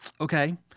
Okay